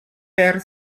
perd